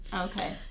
Okay